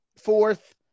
fourth